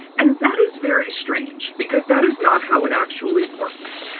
and that is very strange because that is not how it actually works.